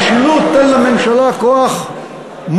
בקצה של המשילות תן לממשלה כוח מוגזם,